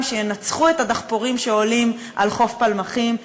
שינצחו את הדחפורים שעולים על חוף פלמחים,